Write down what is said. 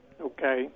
Okay